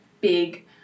big